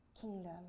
kingdom